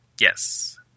Yes